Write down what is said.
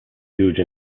huge